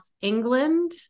England